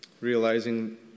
realizing